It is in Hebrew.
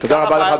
תודה רבה לך,